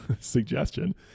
suggestion